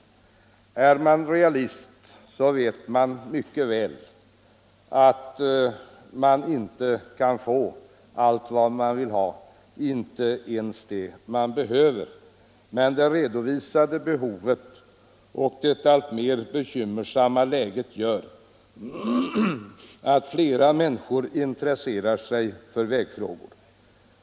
Är man realist vet man mycket väl att man inte kan få allt vad man vill ha, inte ens det man behöver. Men det redovisade behovet och det alltmer bekymmersamma läget gör att allt fler människor intresserar sig för vägfrågor.